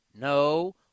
no